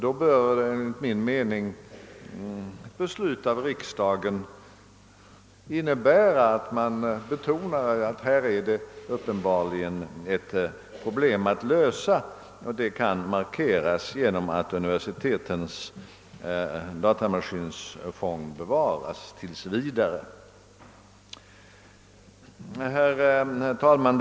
Ett beslut av riksdagen bör enligt min mening innebära att man betonar att här uppenbarligen finns ett problem att lösa, och det kan markeras genom att universitetens datamaskinfond tills vidare bevaras. Herr talman!